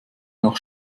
nach